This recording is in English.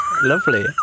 lovely